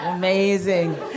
Amazing